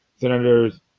Senators